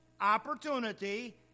opportunity